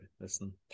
Listen